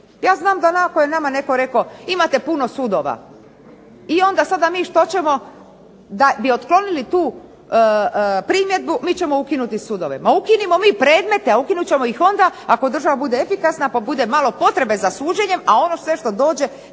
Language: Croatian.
Ja znam da naoko je nama netko rekao imate puno sudova. I onda sada mi što ćemo? Da bi otklonili tu primjedbu mi ćemo ukinuti sudove. Ma ukinimo mi predmete, a ukinut ćemo ih onda ako država bude efikasna pa bude malo potrebe za suđenjem, a ono sve što dođe